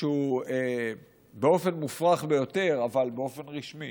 שהוא באופן מופרך ביותר אבל באופן רשמי